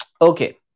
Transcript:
Okay